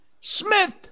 Smith